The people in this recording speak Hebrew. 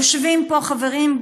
יושבים פה חברים,